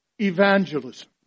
evangelism